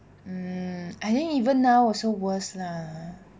um I think even now also worse lah